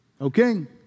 Okay